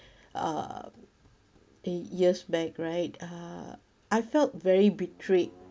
uh eight years back right uh I felt very betrayed